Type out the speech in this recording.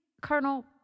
Colonel